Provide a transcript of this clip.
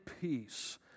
peace